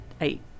eight